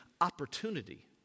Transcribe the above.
opportunity